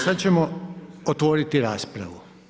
Sad ćemo otvoriti raspravu.